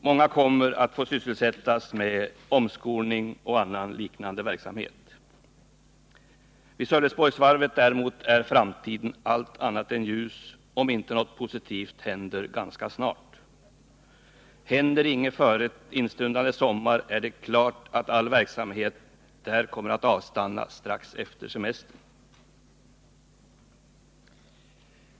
Många kommer att få sysselsättning med omskolning och liknande verksamhet. Vid Sölvesborgsvarvet däremot är framtiden allt annat än ljus, om inte något positivt händer ganska snart. Händer ingenting före instundande sommar står det klart att all verksamhet där avstannar strax efter semestern.